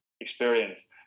experience